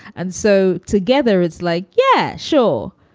and so together it's like, yeah, sure,